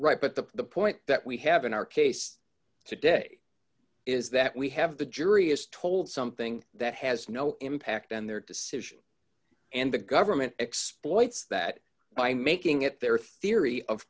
right but the point that we have in our case today is that we have the jury is told something that has no impact on their decision and the government exploits that by making it their theory of